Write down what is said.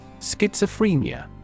Schizophrenia